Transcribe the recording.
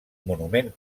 monument